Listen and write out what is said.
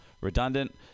redundant